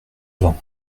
vingts